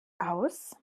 aus